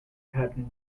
pattern